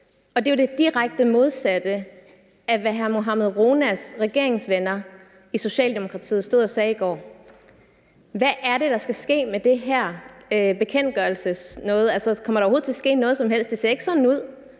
det er jo det direkte modsatte af, hvad hr. Mohammad Ronas regeringsvenner i Socialdemokratiet stod og sagde i går. Hvad er det, der skal ske i forhold til den her bekendtgørelse? Altså, kommer der overhovedet til at ske noget som helst? Det ser ikke sådan ud